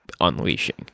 unleashing